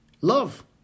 Love